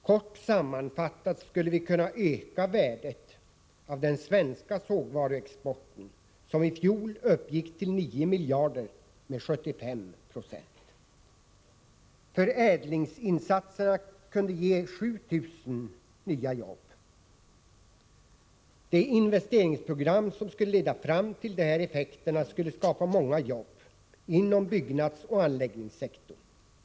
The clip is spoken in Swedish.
Kort sammanfattat skulle vi kunna öka värdet av den svenska sågvaruexporten, som i fjol uppgick till 9 miljarder, med 75 Zo. Förädlingsinsatserna kunde ge 7 000 nya jobb. Det investeringsprogram som skulle leda fram till de här effekterna skulle skapa många jobb inom byggnadsoch anläggningssektorn.